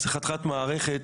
ומדובר במערכות